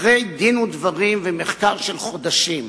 אחרי דין ודברים ומחקר של חודשים: